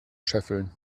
scheffeln